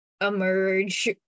emerge